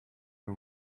you